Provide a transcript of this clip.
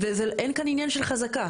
אין כאן עניין של חזקה.